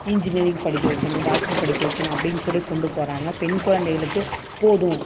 engineering படிக்க வைக்கணும் doctor படிக்க வைக்கணும் அப்படின்னு சொல்லி கொண்டு போகிறாங்க பெண் குழந்தைகளுக்கு போதும்